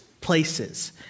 places